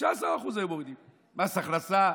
ובמקום 49% מס הכנסה,